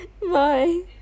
Bye